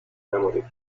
memory